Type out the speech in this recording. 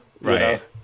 Right